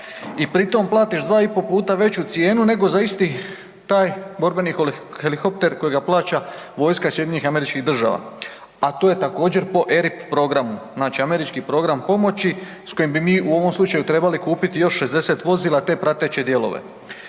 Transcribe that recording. i pritom platiš 2,5 puta veću cijenu nego za isti taj borbeni helihopter kojega plaća vojska SAD-a, a to je također, po ERIP programu, znači američki program pomoći, s kojim bi mi u ovom slučaju trebali kupiti još 60 vozila te prateće dijelove.